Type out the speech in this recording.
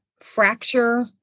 Fracture